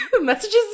messages